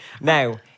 Now